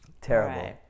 Terrible